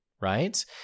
right